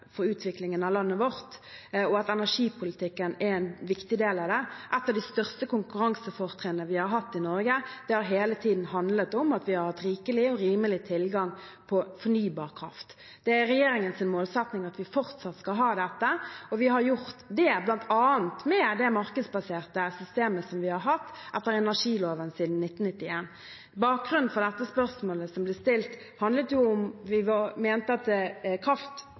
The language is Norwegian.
utviklingen av landet vårt, og at energipolitikken er en viktig del av det. Et av de største konkurransefortrinnene vi har hatt i Norge, har hele tiden handlet om at vi har hatt rikelig og rimelig tilgang på fornybar kraft. Det er regjeringens målsetting at vi fortsatt skal ha det, og vi har hatt det bl.a. med det markedsbaserte systemet vi har hatt etter energiloven siden 1991. Bakgrunnen for spørsmålet som ble stilt, handlet om hvorvidt vi mente at